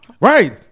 Right